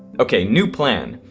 okay, new plan,